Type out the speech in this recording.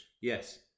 Yes